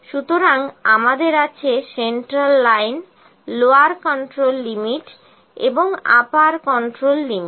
সুতরাং আমাদের আছে central line lower control limit এবং আপার কন্ট্রোল লিমিট